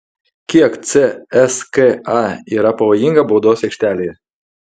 kiek cska yra pavojinga baudos aikštelėje